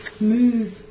move